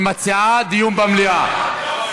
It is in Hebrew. היא מציעה דיון במליאה.